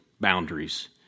boundaries